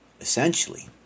essentially